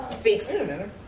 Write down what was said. six